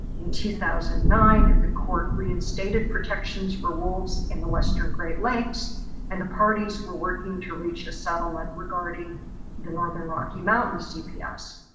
in two thousand and nine, and the court reinstated protections for wolves in the western great lakes and the parties were working to reach a settlement regarding the northern rocky mountains, dps.